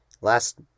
last